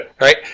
right